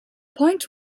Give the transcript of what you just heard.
point